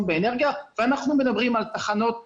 באנרגיה ואנחנו מדברים על תחנות קיימות,